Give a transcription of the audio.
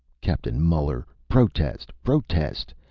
captain muller, protest! protest!